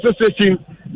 Association